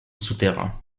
souterrain